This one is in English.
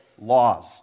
laws